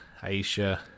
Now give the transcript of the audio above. Aisha